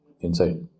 inside